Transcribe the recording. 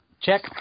Check